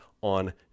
on